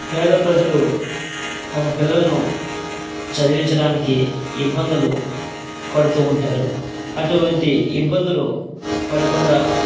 పేద ప్రజలు తమ పిల్లలను చదివించడానికి ఇబ్బందులు పడుతూ ఉంటారు అటువంటి ఇబ్బందులు పడకుండా